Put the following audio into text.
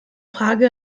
frage